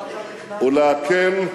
לא אתה תכננת.